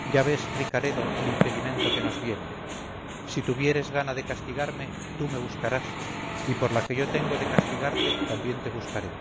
ya ves ricaredo el impedimento que nos viene si tuvieres gana de castigarme tú me buscarás y por la que yo tengo de castigarte también te buscaré